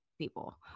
people